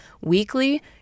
Weekly